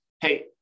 hey